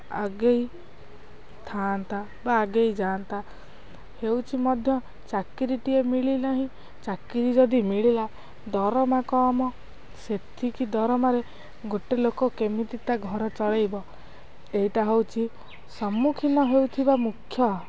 ଆଗେଇ ଥାଆନ୍ତା ବା ଆଗେଇ ଯାଆନ୍ତା ହେଉଛି ମଧ୍ୟ ଚାକିରିଟିଏ ମିଳିନାହିଁ ଚାକିରି ଯଦି ମିଳିଲା ଦରମା କମ୍ ସେତିକି ଦରମାରେ ଗୋଟେ ଲୋକ କେମିତି ତା' ଘର ଚଳେଇବ ଏଇଟା ହେଉଛି ସମ୍ମୁଖୀନ ହେଉଥିବା ମୁଖ୍ୟ